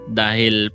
dahil